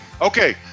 Okay